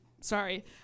sorry